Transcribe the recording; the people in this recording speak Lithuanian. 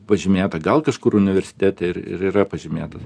pažymėta gal kažkur universitete ir yra pažymėtas